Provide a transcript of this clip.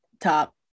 Top